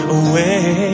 away